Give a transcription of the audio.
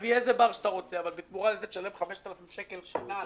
תביא איזה בר שאתה רוצה אבל בתמורה לזה תשלם 5,000 שקל קנס".